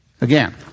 Again